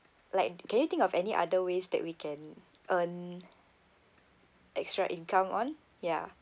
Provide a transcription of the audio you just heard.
like can you think of any other ways that we can earn extra income on ya